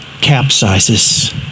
capsizes